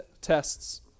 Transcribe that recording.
tests